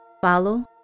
Follow